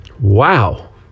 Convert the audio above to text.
Wow